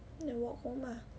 walk home ah